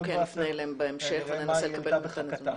אנחנו נפנה אליהם בהמשך וננסה לקבל את הנתונים.